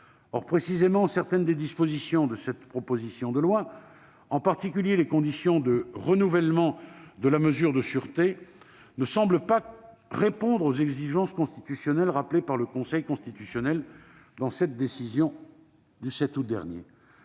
Or, précisément, certaines des dispositions de la présente proposition de loi, en particulier les conditions de renouvellement de la mesure de sûreté, ne semblent pas répondre aux exigences constitutionnelles rappelées par le Conseil constitutionnel. Elles laissent craindre